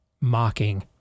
mocking